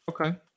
Okay